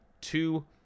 two